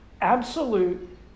Absolute